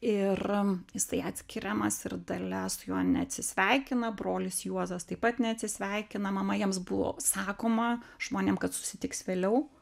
ir jisai atskiriamas ir dalia su juo neatsisveikina brolis juozas taip pat neatsisveikina mama jiems buvo sakoma žmonėm kad susitiks vėliau